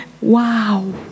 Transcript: Wow